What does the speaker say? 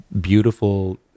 beautiful